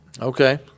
Okay